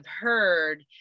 heard